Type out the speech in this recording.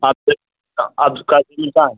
آپ آپ کاتا ہے